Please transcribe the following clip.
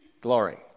Glory